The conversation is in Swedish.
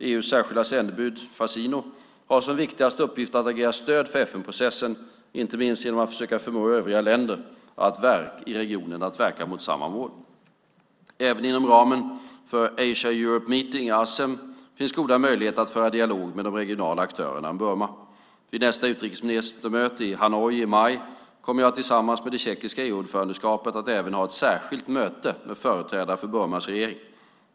EU:s särskilda sändebud Fassino har som viktigaste uppgift att agera stöd för FN-processen, inte minst genom att försöka förmå övriga länder i regionen att verka mot samma mål. Även inom ramen för Asia-Europe meeting, ASEM, finns goda möjligheter att föra dialog med de regionala aktörerna om Burma. Vid nästa utrikesministermöte i Hanoi i maj kommer jag tillsammans med det tjeckiska EU-ordförandeskapet att även ha ett särskilt möte med företrädare för Burmas regering.